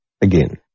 again